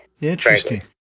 Interesting